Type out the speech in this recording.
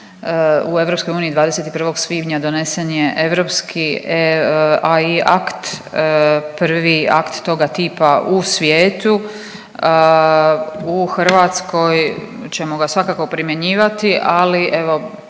uniji 21. svibnja donesen je AI akt, prvi akt toga tipa u svijetu. U Hrvatskoj ćemo ga svakako primjenjivati, ali evo